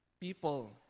people